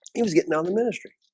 he was getting down the ministry,